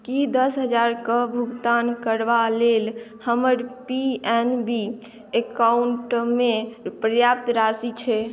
की दस हजार कऽ भुगतान करबा लेल हमर पी एन बी अकाउंटमे पर्याप्त राशि छै